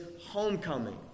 homecoming